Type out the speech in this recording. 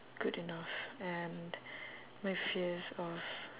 good enough and my fears of